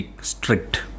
strict